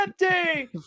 empty